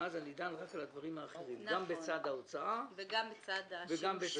ואז אני דן רק על הדברים האחרים גם בצד ההוצאה וגם בצד השימושים.